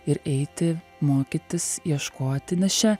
ir eiti mokytis ieškoti nes čia